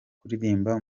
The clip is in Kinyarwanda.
kuririmba